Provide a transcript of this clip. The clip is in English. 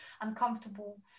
uncomfortable